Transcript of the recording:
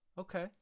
Okay